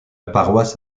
paroisse